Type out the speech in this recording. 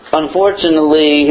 unfortunately